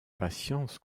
patience